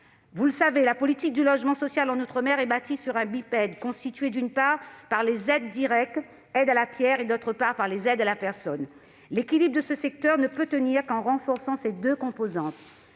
outre-mer. La politique du logement social en outre-mer est bipède : elle est constituée, d'une part, par les aides directes- les aides à la pierre -, et, d'autre part, par les aides à la personne. L'équilibre du secteur ne peut tenir qu'en renforçant ces deux composantes.